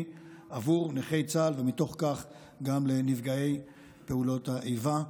עבור נכי צה"ל ומתוך כך גם לנפגעי פעולות האיבה.